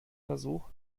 versuch